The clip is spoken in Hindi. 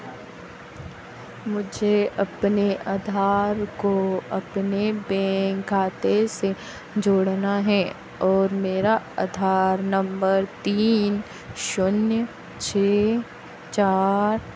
मुझे अपने अधार को अपने बैंक खाते से जोड़ना है और मेरा अधार नम्बर तीन शून्य छः चार